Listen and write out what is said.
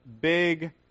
big